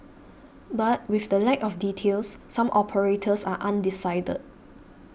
but with the lack of details some operators are undecided